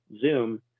zoom